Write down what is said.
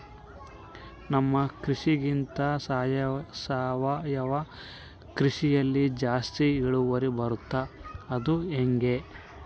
ನಮ್ಮ ಕೃಷಿಗಿಂತ ಸಾವಯವ ಕೃಷಿಯಲ್ಲಿ ಜಾಸ್ತಿ ಇಳುವರಿ ಬರುತ್ತಾ ಅದು ಹೆಂಗೆ?